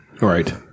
Right